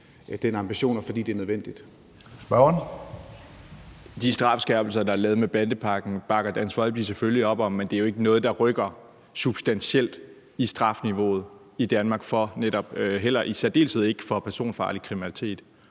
Kl. 11:35 Mikkel Bjørn (DF): De strafskærpelser, der er lavet med bandepakken, bakker Dansk Folkeparti selvfølgelig op om, men det er jo ikke noget, der rykker substantielt i strafniveauet i Danmark, i særdeleshed ikke for personfarlig kriminalitet.